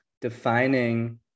defining